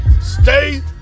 stay